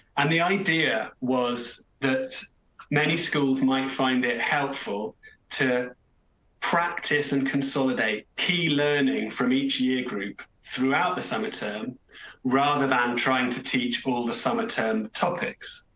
and the idea was that many schools might find it helpful to practice and consolidate key learning from each year group throughout the summer term rather than um trying to teach all the summer term topics.